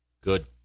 Good